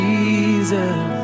Jesus